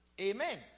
Amen